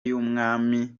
y’umwami